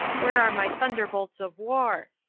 where are my thunderbolts of war?